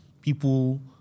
people